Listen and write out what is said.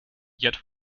yet